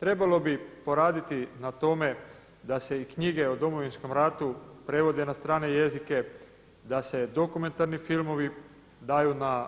Trebalo bi poraditi na tome da se knjige o Domovinskom ratu prevode na strane jezike, da se dokumentarni filmovi daju na